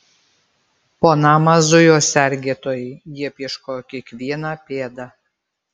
po namą zujo sergėtojai jie apieškojo kiekvieną pėdą